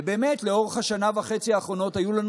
ובאמת לאורך השנה וחצי האחרונות היו לנו